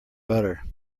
butter